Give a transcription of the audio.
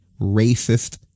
racist